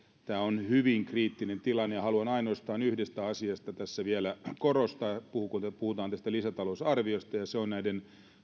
tämä on hyvin kriittinen tilanne ja haluan ainoastaan yhdestä asiasta tässä vielä korostaa kun puhutaan tästä lisätalousarviosta ja se on näiden